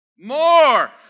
More